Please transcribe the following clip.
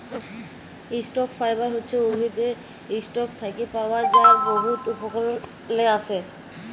stock fibre হছে উদ্ভিদের ইসটক থ্যাকে পাওয়া যার বহুত উপকরলে আসে